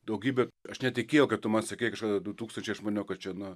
daugybė aš netikėjau kai tu man sakei kažkada du tūkstančiai aš maniau kad čia nu